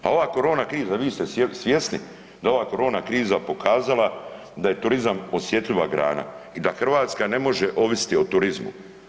A ova korona kriza vi ste svjesni da je ova korona kriza pokazala da je turizam osjetljiva grana i da Hrvatska ne može ovisiti o turizmu.